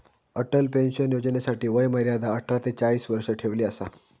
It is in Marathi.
अटल पेंशन योजनेसाठी वय मर्यादा अठरा ते चाळीस वर्ष ठेवली असा